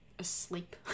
asleep